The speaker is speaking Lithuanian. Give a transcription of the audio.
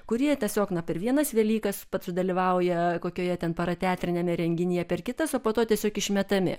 kurie tiesiog na per vienas velykas padalyvauja kokioje ten parateatriniame renginyje per kitas o po to tiesiog išmetami